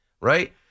right